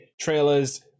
trailers